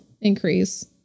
increase